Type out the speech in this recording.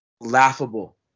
laughable